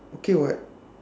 okay [what]